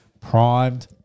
primed –